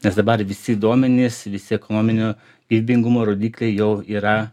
nes dabar visi duomenys visi ekonominio gyvybingumo rodikliai jau yra